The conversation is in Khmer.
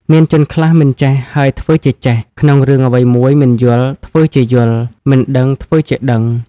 មានជនខ្លះមិនចេះ ហើយធ្វើជាចេះ ក្នុងរឿងអ្វីមួយ មិនយល់ ធ្វើជាយល់ មិនដឹង ធ្វើជាដឹង ។